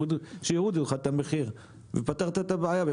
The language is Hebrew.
שיורידו לך את המחיר ופתרת את הבעיה.